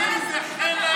מנסור, האם זה חלק,